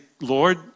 Lord